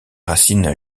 racines